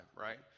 right